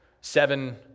seven